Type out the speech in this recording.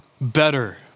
better